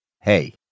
Hey